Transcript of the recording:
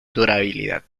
durabilidad